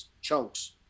chunks